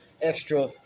extra